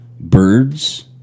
Birds